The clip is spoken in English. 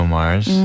Mars